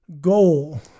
goal